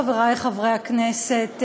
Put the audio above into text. חברי חברי הכנסת,